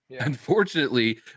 unfortunately